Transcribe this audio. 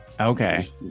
Okay